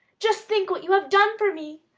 just think what you have done for me!